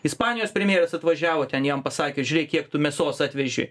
ispanijos premjeras atvažiavo ten jam pasakė žiūrėk kiek tu mėsos atveži